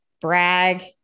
brag